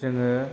जोङो